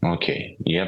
nu okei jie